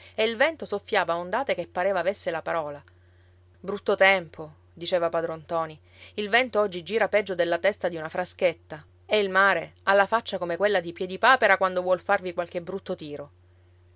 e il vento soffiava a ondate che pareva avesse la parola brutto tempo diceva padron ntoni il vento oggi gira peggio della testa di una fraschetta e il mare ha la faccia come quella di piedipapera quando vuol farvi qualche brutto tiro